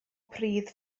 pridd